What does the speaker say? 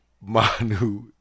Manu